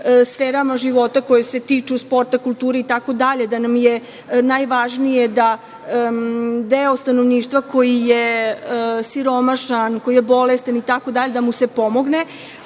sferama života koje se tiču sporta, kulture itd, da nam je najvažnije da deo stanovništva koji je siromašan, koji je bolestan itd, da mu se pomogne,